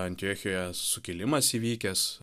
antiochijoje sukilimas įvykęs